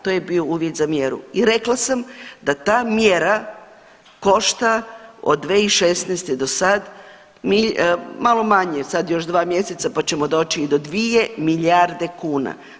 To je bio uvjet za mjeru i rekla sam da ta mjera košta od 2016. do sad, .../nerazumljivo/... malo manje, sad još 2 mjeseca pa ćemo doći do 2 milijarde kuna.